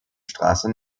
straße